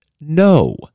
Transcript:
no